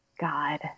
God